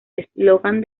eslogan